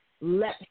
let